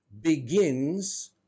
begins